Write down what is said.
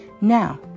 Now